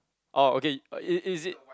orh okay i~ is it